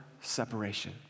separation